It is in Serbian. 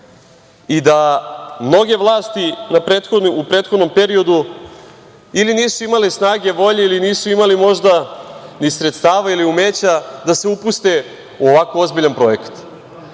i da mnoge vlasti u prethodnom periodu ili nisu imale snage, volje ili nisu imale možda ni sredstava ili umeća da se upuste u ovako ozbiljan projekat.